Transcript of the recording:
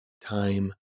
time